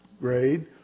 grade